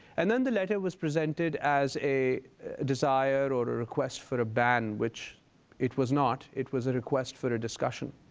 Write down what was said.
and then the letter was presented as a desire or a request for a ban, ban, which it was not. it was a request for a discussion.